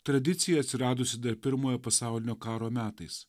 tradicija atsiradusi dar pirmojo pasaulinio karo metais